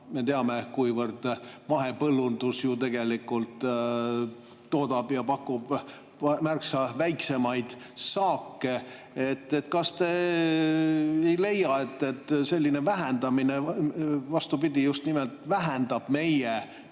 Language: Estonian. me teame, et mahepõllundus ju tegelikult toodab ja pakub märksa väiksemat saaki. Kas te ei leia, et selline vähendamine just nimelt vähendab meie